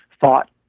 thought